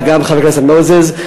וגם חבר הכנסת מוזס,